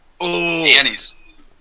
Annie's